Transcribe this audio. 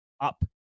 up